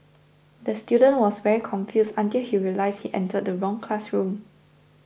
the student was very confused until he realised he entered the wrong classroom